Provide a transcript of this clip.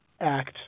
Act